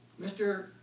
Mr